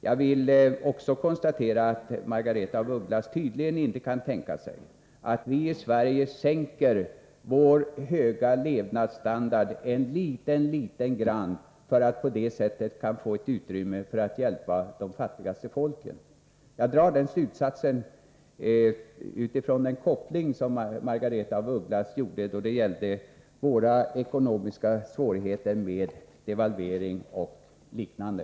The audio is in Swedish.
Jag vill också konstatera att Margaretha af Ugglas tydligen inte kan tänka sig att vi i Sverige sänker vår höga levnadsstandard litet, litet grand för att på det sättet få ett utrymme för att kunna hjälpa de fattigaste folken. Jag drar den slutsatsen utifrån den koppling som Margaretha af Ugglas gjorde då det gällde våra ekonomiska svårigheter med devalvering och liknande.